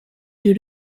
due